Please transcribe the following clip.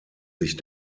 sich